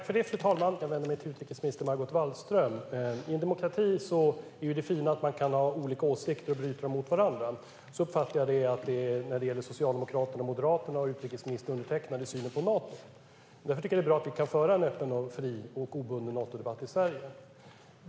Fru talman! Jag vänder mig till utrikesminister Margot Wallström. I en demokrati är ju det fina att man kan ha olika åsikter och bryta dem mot varandra. Så uppfattar jag att det är när det gäller Socialdemokraterna och Moderaterna, utrikesministern och undertecknad, i synen på Nato. Därför tycker jag att det är bra att vi kan föra en öppen, fri och obunden Natodebatt i Sverige.